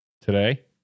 Today